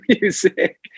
music